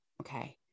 Okay